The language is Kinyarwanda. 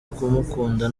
kumukunda